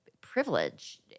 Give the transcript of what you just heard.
privilege